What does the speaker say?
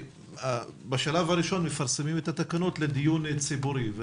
בשלב הראשון מפרסמים את התקנות לדיון ציבורי.